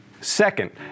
Second